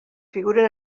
figuren